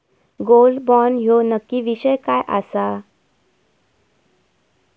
Gold bond ह्यो नक्की विषय काय आसा?